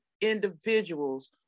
individuals